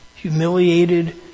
Humiliated